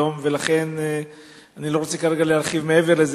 ולכן אני לא רוצה כרגע להרחיב מעבר לזה,